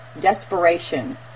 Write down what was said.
desperation